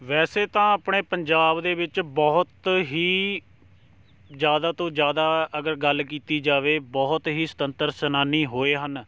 ਵੈਸੇ ਤਾਂ ਆਪਣੇ ਪੰਜਾਬ ਦੇ ਵਿੱਚ ਬਹੁਤ ਹੀ ਜ਼ਿਆਦਾ ਤੋਂ ਜ਼ਿਆਦਾ ਅਗਰ ਗੱਲ ਕੀਤੀ ਜਾਵੇ ਬਹੁਤ ਹੀ ਸੁਤੰਤਰ ਸੈਨਾਨੀ ਹੋਏ ਹਨ